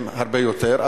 הם הרבה יותר,